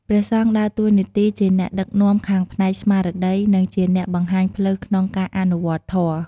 ក្នុងនាមជាអ្នកដឹកនាំដ៏ខ្ពង់ខ្ពស់ ព្រះអង្គមានតួនាទីសំខាន់ៗជាច្រើនក្នុងការទទួលបដិសណ្ឋារកិច្ចភ្ញៀវ។